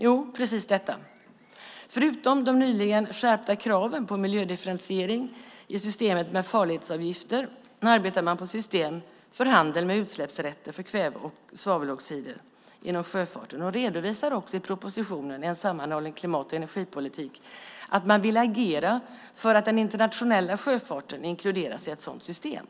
Jo, precis detta: Förutom de nyligen skärpta kraven på miljödifferentiering i systemet med farledsavgifter arbetar man på system för handel med utsläppsrätter för kväve och svaveloxider inom sjöfarten och redovisar i propositionen En sammanhållen klimat och energipolitik - Klimat att man vill agera för att den internationella sjöfarten inkluderas i ett sådant system.